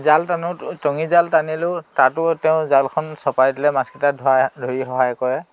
জাল টানো টঙি জাল টানিলেও তাতো তেওঁ জালখন চপাই দিলে মাছকেইটা ধৰা ধৰি সহায় কৰে